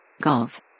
Golf